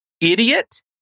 idiot